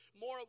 more